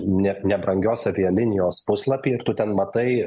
ne nebrangios avialinijos puslapį ir tu ten matai